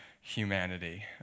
humanity